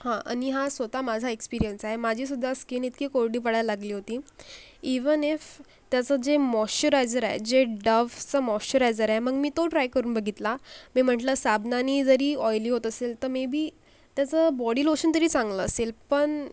हां आणि हा स्वत माझा एक्सपिरियन्स आहे माझीसुद्धा स्किन इतकी कोरडी पडायला लागली होती ईवन ईफ त्याचं जे मॉश्चरायजर आहे जे डवचं मॉश्चरायजर आहे मग मी तो ट्राय करून बघितला मी म्हटलं साबणानी जरी ऑईली होत असेल तर मे बी त्याचं बॉडी लोशन तरी चांगलं असेल पण